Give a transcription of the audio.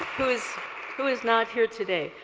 who is who is not here today.